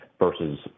versus